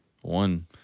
one